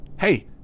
Hey